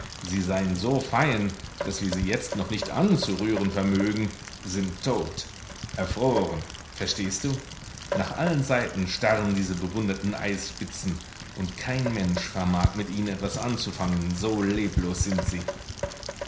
sie seien so fein daß wir sie jetzt noch nicht anzurühren vermögen sind tot erfroren verstehst du nach allen seiten starren diese bewunderten eisspitzen und kein mensch vermag mit ihnen etwas anzufangen so leblos sind sie